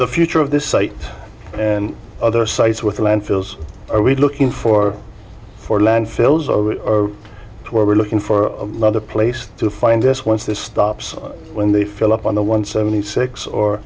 the future of this site and other sites with landfills are we looking for four landfills over where we're looking for another place to find this once this stops when they fill up on the one seventy six or